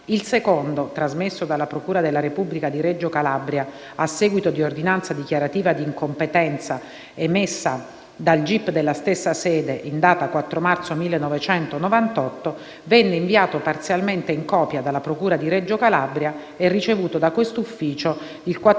il secondo, trasmesso dalla procura della Repubblica di Reggio Calabria a seguito di ordinanza dichiarativa di incompetenza emessa dal gip della stessa sede (in data 4 marzo 1998), venne inviato parzialmente in copia dalla procura di Reggio Calabria e ricevuto da quest'ufficio il 14